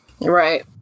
Right